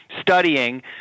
studying